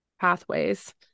pathways